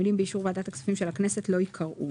המילים: באישור ועדת הכספים של הכנסת לא ייקראו.